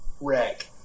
wreck